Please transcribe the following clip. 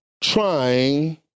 trying